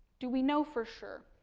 do we know for sure?